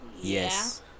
yes